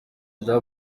jean